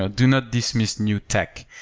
ah do not dismiss new tech,